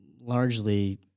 largely